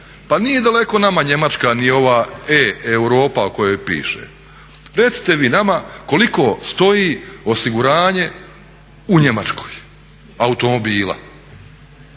pa nije daleko nama Njemačka ni ova Europa o kojoj piše. Recite vi nama koliko stoji osiguranje u Njemačkoj automobila?